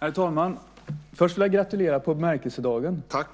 Herr talman! Först vill jag gratulera på bemärkelsedagen. Jag